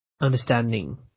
understanding